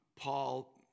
Paul